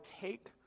take